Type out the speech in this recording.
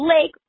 Lake